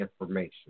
information